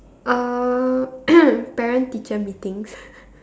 uh parent teacher meetings